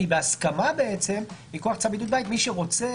שהיא בהסכמה מכוח צו עידוד בית - מי שרוצה.